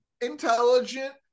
intelligent